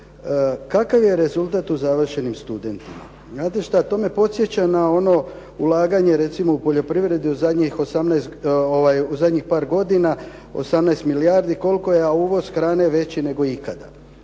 kakav je rezultat o završenim studentima? Znate što, to me podsjeća na ono ulaganje recimo u poljoprivredi u zadnjih par godina 18 milijardi, koliko je uvoz hrane veći nego ikada.